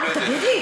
תגיד לי,